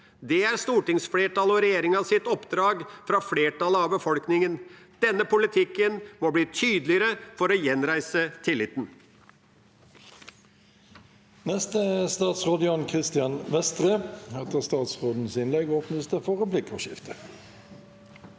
Det er stortingsflertallets og regjeringas oppdrag fra flertallet i befolkningen. Denne politikken må bli tydeligere for å gjenreise tilliten.